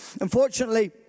Unfortunately